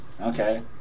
Okay